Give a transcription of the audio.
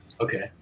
Okay